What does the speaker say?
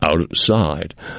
outside